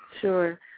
sure